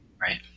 Right